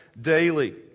daily